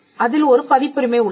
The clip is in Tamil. அதில் ஒரு பதிப்புரிமை உள்ளது